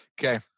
Okay